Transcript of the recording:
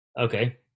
okay